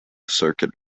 circuit